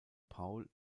paul